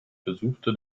besuchte